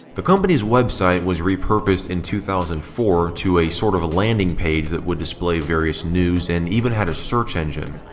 the company's website was repurposed in two thousand and four to a sort of landing page that would display various news and even had a search engine.